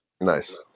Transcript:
Nice